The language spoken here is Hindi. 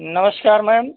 नमस्कार मैम